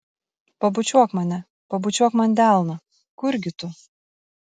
pabučiuok mane pabučiuok man delną kurgi tu